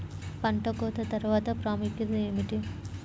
పంట కోత తర్వాత ప్రాముఖ్యత ఏమిటీ?